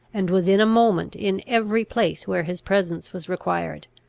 and was in a moment in every place where his presence was required.